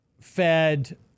Fed